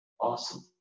Awesome